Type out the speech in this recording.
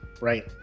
right